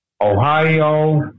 Ohio